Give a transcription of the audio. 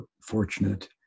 fortunate